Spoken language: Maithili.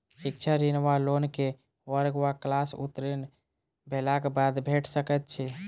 शिक्षा ऋण वा लोन केँ वर्ग वा क्लास उत्तीर्ण भेलाक बाद भेट सकैत छी?